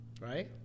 Right